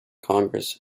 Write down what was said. congress